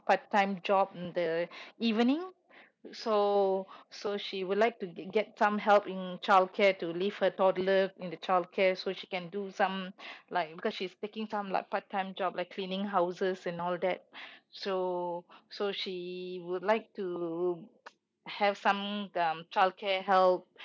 part time job in the evening so so she would like to get get some help in childcare to leave a toddler in the childcare so she can do some like because she's taking some like part time job like cleaning houses and all that so so she would like to have some um childcare help